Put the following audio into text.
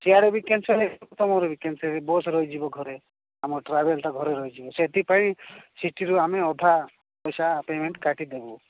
ସେଆଡ଼େ ବି କ୍ୟାନସଲ୍ ତୁମର ବି କ୍ୟାନସଲ୍ ବସ ରହିଯିବ ଘରେ ଆମ ଟ୍ରାଭେଲଟା ଘରେ ରହିଯିବ ସେଥିପାଇଁ ସେଥିରୁ ଆମେ ଅଧା ପଇସା ପେମେଣ୍ଟ କାଟିଦେବୁ